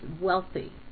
wealthy